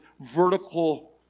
vertical